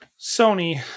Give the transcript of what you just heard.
Sony